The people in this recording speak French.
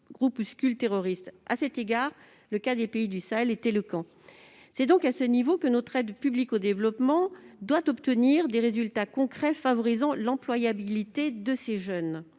groupuscules terroristes. À cet égard, le cas des pays du Sahel est éloquent. C'est donc à ce niveau que notre aide publique au développement doit obtenir des résultats concrets, favorisant l'employabilité de ces jeunes.